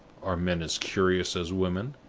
are men as curious as women?